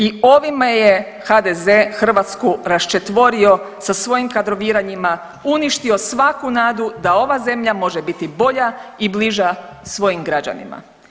I ovime je HDZ Hrvatsku raščetvorio sa svojim kadroviranjima, uništio svaku nadu da ova zemlja može biti bolja i bliža svojim građanima.